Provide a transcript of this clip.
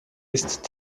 ist